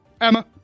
Emma